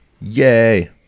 Yay